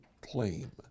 claim